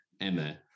emma